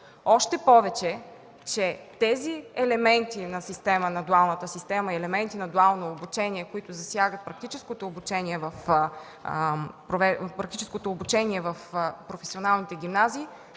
още повече че тези елементи на дуалната система и дуалното обучение, които засягат практическото обучение в професионалните гимназии,